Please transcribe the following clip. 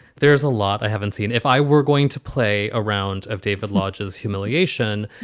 there is a lot i haven't seen if i were going to play a round of david lodge's humiliation.